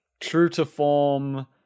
true-to-form